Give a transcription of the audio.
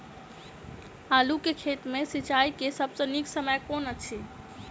आलु केँ खेत मे सिंचाई केँ सबसँ नीक समय कुन अछि?